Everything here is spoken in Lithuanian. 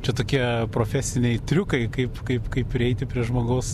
čia tokie profesiniai triukai kaip kaip kaip prieiti prie žmogaus